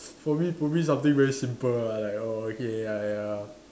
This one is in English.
for me probably something very simple ah like oh okay ya ya